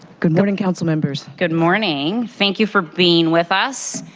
good morning, council members. good morning. thank you for being with us.